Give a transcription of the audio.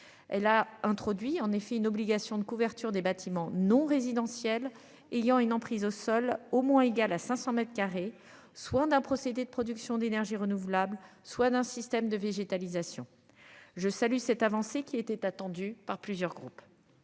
Elle a introduit en effet une obligation de couverture des bâtiments non résidentiels ayant une emprise au sol au moins égale à 500 m2, soit d'un procédé de production d'énergie renouvelables, soit d'un système de végétalisation. Je salue cette avancée, qui était attendu par plusieurs groupes.